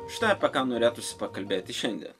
štai apie ką norėtųsi pakalbėti šiandien